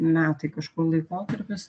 metai kažkur laikotarpis